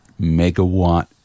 megawatt